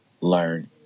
learn